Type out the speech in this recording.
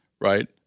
right